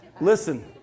Listen